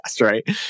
right